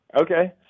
Okay